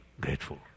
grateful